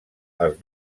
els